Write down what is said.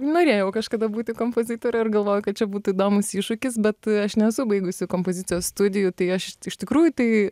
norėjau kažkada būti kompozitorė ir galvojau kad čia būtų įdomus iššūkis bet aš nesu baigusi kompozicijos studijų tai aš iš tikrųjų tai